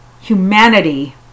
Humanity